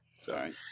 Sorry